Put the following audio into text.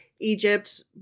Egypt